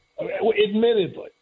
admittedly